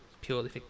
purely